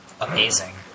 Amazing